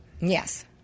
Yes